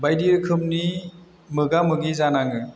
बायदि रोखोमनि मोगा मोगि जानाङो